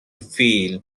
feel